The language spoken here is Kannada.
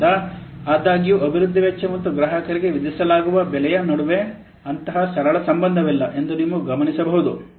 ಆದ್ದರಿಂದ ಆದಾಗ್ಯೂ ಅಭಿವೃದ್ಧಿ ವೆಚ್ಚ ಮತ್ತು ಗ್ರಾಹಕರಿಗೆ ವಿಧಿಸಲಾಗುವ ಬೆಲೆಯ ನಡುವೆ ಅಂತಹ ಸರಳ ಸಂಬಂಧವಿಲ್ಲ ಎಂದು ನೀವು ಗಮನಿಸಬಹುದು